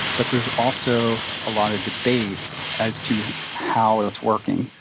but there's also a lot of debate as to how it's working.